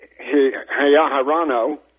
Hayaharano